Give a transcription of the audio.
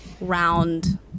round